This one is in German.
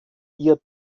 ihr